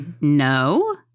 No